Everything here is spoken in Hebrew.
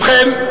ובכן,